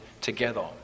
together